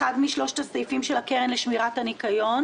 שזה אחד משלושת הסעיפים של הקרן לשמירת הניקיון.